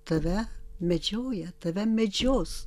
tave medžioja tave medžios